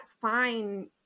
fine